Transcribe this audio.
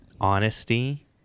honesty